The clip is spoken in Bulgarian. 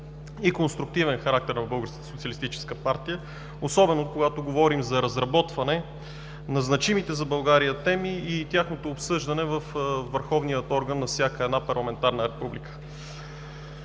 социалистическа партия, особено когато говорим за разработване на значимите за България теми и тяхното обсъждане във Върховния орган на всяка парламентарна република.